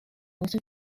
also